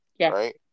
right